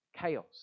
Chaos